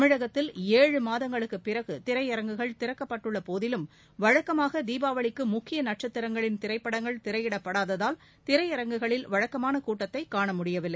தமிழகத்தில் ஏழு மாதங்களுக்குப் பிறகு திரையரங்குகள் திறக்கப்பட்டுள்ள போதிலும் வழக்கமாக தீபாவளிக்கு முக்கிய நட்சத்திரங்களின் திரைப்படங்கள் திரையிடப்படாததால் திரையரங்குகளில் வழக்கமான கூட்டத்தை காண முடியவில்லை